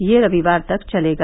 यह रविवार तक चलेगा